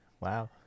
Wow